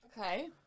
Okay